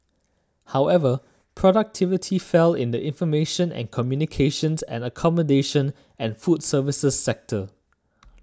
however productivity fell in the information and communications and accommodation and food services sectors